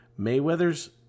Mayweather's